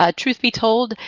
ah truth be told,